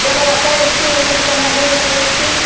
ಜರ ರೊಕ್ಕ ಎಷ್ಟು ಹೇಳ್ರಿ ಕಮ್ ಮಾಡಿರಲ್ಲ ಎಷ್ಟು